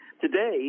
today—